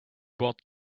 bought